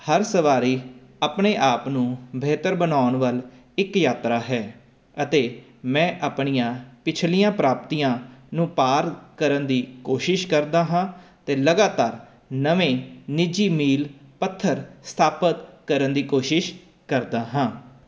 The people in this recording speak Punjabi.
ਹਰ ਸਵਾਰੀ ਆਪਣੇ ਆਪ ਨੂੰ ਬਿਹਤਰ ਬਣਾਉਣ ਵੱਲ ਇੱਕ ਯਾਤਰਾ ਹੈ ਅਤੇ ਮੈਂ ਆਪਣੀਆਂ ਪਿਛਲੀਆਂ ਪ੍ਰਾਪਤੀਆਂ ਨੂੰ ਪਾਰ ਕਰਨ ਦੀ ਕੋਸ਼ਿਸ਼ ਕਰਦਾ ਹਾਂ ਅਤੇ ਲਗਾਤਾਰ ਨਵੇਂ ਨਿੱਜੀ ਮੀਲ ਪੱਥਰ ਸਥਾਪਿਤ ਕਰਨ ਦੀ ਕੋਸ਼ਿਸ਼ ਕਰਦਾ ਹਾਂ